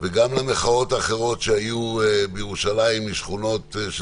וגם למחאות האחרות שהיו בירושלים, לשכונות של